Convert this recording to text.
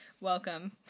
welcome